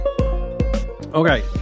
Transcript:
Okay